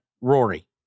Rory